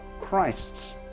Christ's